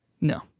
No